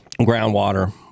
groundwater